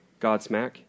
Godsmack